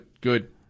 good